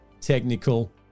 technical